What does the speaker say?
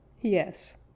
Yes